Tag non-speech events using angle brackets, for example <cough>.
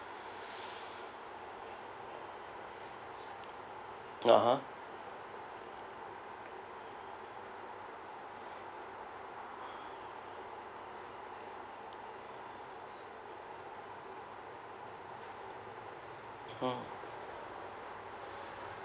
<breath> ah !huh! mm